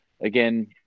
again